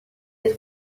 les